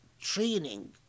training